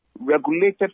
regulated